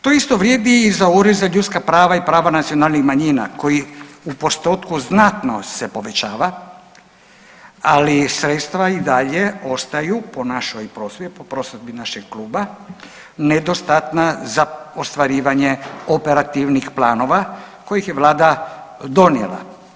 To isto vrijedi i za Ured za ljudska prava i prava nacionalnih manjina koji u postotku znatno se povećava ali sredstva i dalje ostaju po našoj prosudbi, po prosudbi našeg kluba nedostatna za ostvarivanje operativnih planova kojih je vlada donijela.